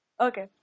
Okay